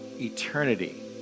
eternity